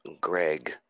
Greg